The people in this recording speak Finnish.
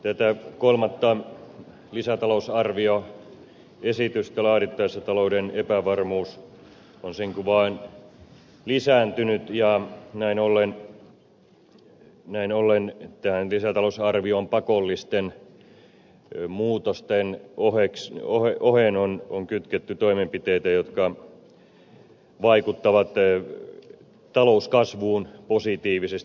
tätä kolmatta lisätalousarvioesitystä laadittaessa talouden epävarmuus on sen kun vain lisääntynyt ja näin ollen tähän lisätalousarvioon pakollisten muutosten oheen on kytketty toimenpiteitä jotka vaikuttavat talouskasvuun positiivisesti